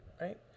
Right